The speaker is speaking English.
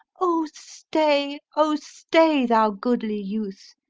o staye, o staye, thou goodlye youthe,